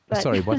Sorry